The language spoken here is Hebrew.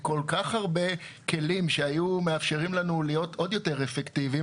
כל כך הרבה כלים שהיו מאפשרים לנו להיות עוד יותר אפקטיביים.